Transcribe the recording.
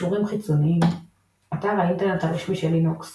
קישורים חיצוניים אתר האינטרנט הרשמי של לינוקס